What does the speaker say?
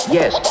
Yes